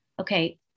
okay